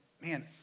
man